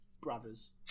brothers